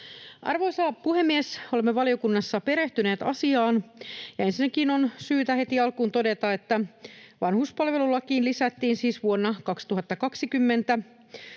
Arvoisa puhemies! Olemme valiokunnassa perehtyneet asiaan. Ensinnäkin on syytä heti alkuun todeta, että vanhuspalvelulakiin lisättiin vuonna 2020